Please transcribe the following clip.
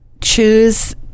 choose